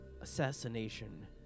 assassination